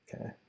Okay